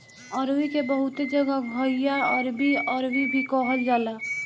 अरुई के बहुते जगह घुइयां, अरबी, अरवी भी कहल जाला